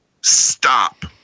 stop